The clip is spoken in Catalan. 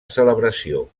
celebració